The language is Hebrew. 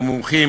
ראשית,